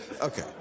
Okay